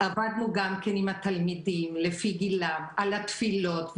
עבדנו עם התלמידים לפי גילם גם כן על התפילות,